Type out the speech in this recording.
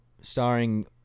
starring